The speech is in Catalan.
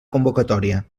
convocatòria